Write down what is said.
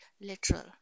literal